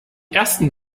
ersten